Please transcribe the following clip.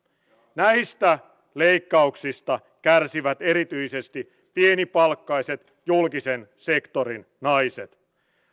näistä leikkauksista kärsisivät erityisesti pienipalkkaiset julkisen sektorin naiset